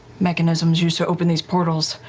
mechanisms used to open these portals,